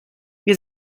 wir